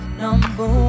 number